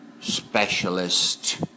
specialist